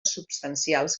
substancials